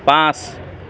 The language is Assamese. পাঁচ